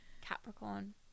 capricorn